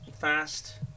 fast